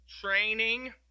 Training